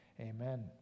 Amen